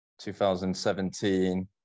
2017